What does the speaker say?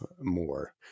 more